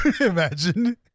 Imagine